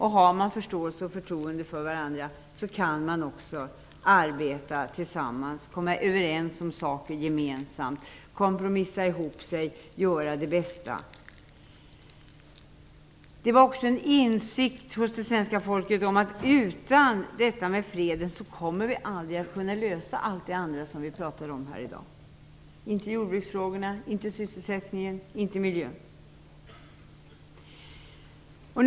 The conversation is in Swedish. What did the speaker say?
Har man förståelse och förtroende för varandra kan man också arbeta tillsammans, komma överens om saker gemensamt, kompromissa ihop sig och göra det bästa. Det fanns också en insikt hos det svenska folket om att vi aldrig kommer att kunna lösa alla de andra frågor vi pratar om här i dag utan freden - inte jordbruksfrågorna, inte sysselsättningen, inte miljön.